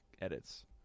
edits